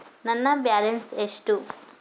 ನನ್ನ ಬ್ಯಾಲೆನ್ಸ್ ಎಷ್ಟು?